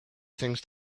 things